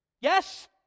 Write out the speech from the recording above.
Yes